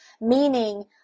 meaning